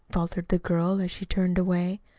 faltered the girl, as she turned away.